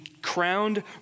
Crowned